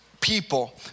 people